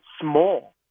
small